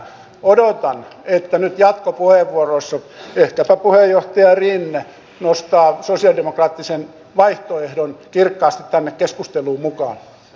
odotan että nyt jatkopuheenvuoroissa ehkäpä puheenjohtaja rinne nostaa sosialidemokraattisen vaihtoehdon kirkkaasti tänne keskusteluun mukaan